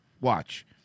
Watch